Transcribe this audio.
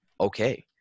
okay